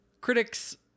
critics